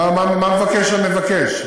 מה מבקש המבקש?